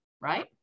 right